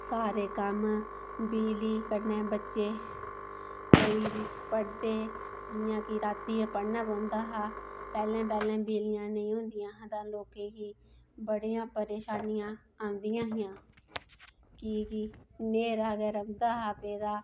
सारे कम्म बिजली कन्नै बच्चे कोई बी पढ़दे जियां कि राती पढ़ने बौंह्दा हा पैह्ले् पैह्ले् बिजलियां नेईं होंदियां हियां तां लोकें गी बड़ियां परेशानियां आंदियां हियां कि गी न्हेरा गै रौंह्दा हा पेदा